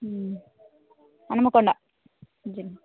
Hanumakonda junction